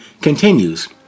continues